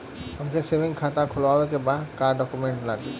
हमके सेविंग खाता खोलवावे के बा का डॉक्यूमेंट लागी?